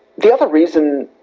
the other reason,